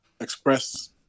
express